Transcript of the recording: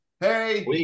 hey